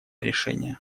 решение